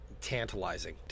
Tantalizing